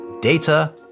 Data